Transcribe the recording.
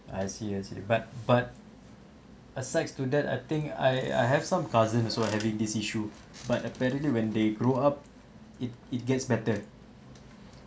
I see I see but but asides to that I think I I have some cousin also having this issue but apparently when they grow up it it gets better